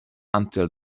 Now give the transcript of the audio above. until